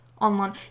online